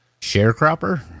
Sharecropper